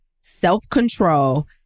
self-control